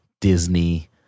Disney